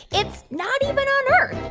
it's not even on earth.